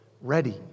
ready